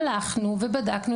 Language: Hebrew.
הלכנו ובדקנו,